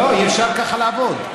לא, אי-אפשר ככה לעבוד.